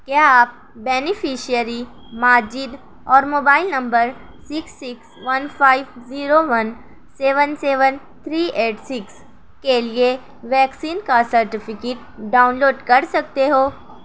کیا آپ بینیفشیری ماجد اور mobile number six six one five zero one seven seven three eight six کے لیے ویکسین کا سرٹیفکیٹ ڈاؤنلوڈ کر سکتے ہو